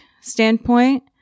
standpoint